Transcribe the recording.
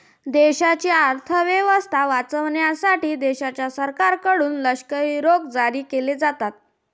देशाची अर्थ व्यवस्था वाचवण्यासाठी देशाच्या सरकारकडून लष्करी रोखे जारी केले जातात